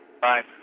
Bye